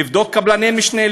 לבדוק קבלני משנה,